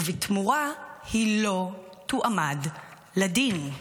ובתמורה היא לא תועמד לדין.